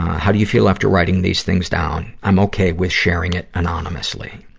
how do you feel after writing these things down? i'm okay with sharing it anonymously.